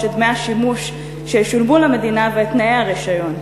את דמי השימוש שישולמו למדינה ואת תנאי הרישיון.